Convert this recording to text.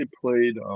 played